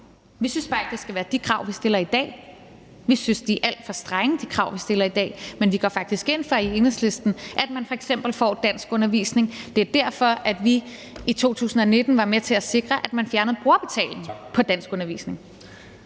Vi synes bare ikke, det skal være de krav, vi stiller i dag. Vi synes, de krav, vi stiller i dag, er alt for strenge, men vi går i Enhedslisten faktisk ind for, at man f.eks. får danskundervisning. Det er derfor, vi i 2019 var med til at sikre, at man fjernede brugerbetaling på danskundervisning.